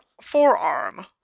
forearm